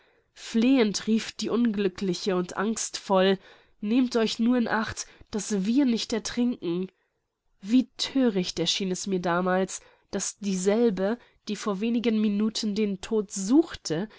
flehend rief die unglückliche und angstvoll nehmt euch nur in acht daß wir nicht ertrinken wie thöricht erschien es mir damals daß dieselbe die vor wenig minuten den tod suchte